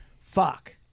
fuck